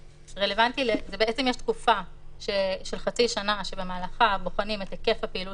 יש תקופה של חצי שנה שבמהלכה בוחנים את היקף הפעילות